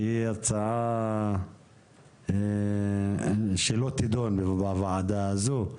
שהיא הצעה שלא תדון בוועדה הזו,